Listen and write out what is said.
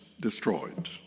destroyed